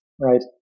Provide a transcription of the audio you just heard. right